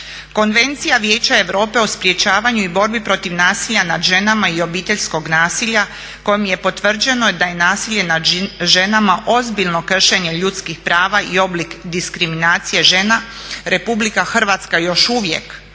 Konvencija Vijeća europe o sprječavanju i borbi protiv nasilja nad ženama i obiteljskog nasilja kojom je potvrđeno da je nasilje nad ženama ozbiljno kršenje ljudskih prava i oblik diskriminacije žena RH još uvijek